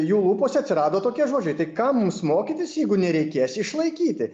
jų lūpose atsirado tokie žodžiai tai kam mums mokytis jeigu nereikės išlaikyti